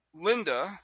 linda